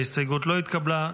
ההסתייגות לא התקבלה.